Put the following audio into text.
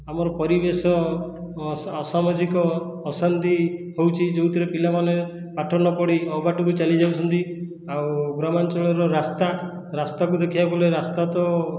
ଆମର ପରିବେଶ ଅସାମାଜିକ ଅଶାନ୍ତି ହେଉଛି ଯେଉଁଥିରେ ପିଲାମାନେ ପାଠ ନପଢ଼ି ଅବାଟକୁ ଚାଲି ଯାଉଛନ୍ତି ଆଉ ଗ୍ରାମାଞ୍ଚଳର ରାସ୍ତା ରାସ୍ତାକୁ ଦେଖିବାକୁ ଗଲେ ରାସ୍ତା ତ